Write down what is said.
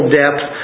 depth